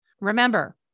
Remember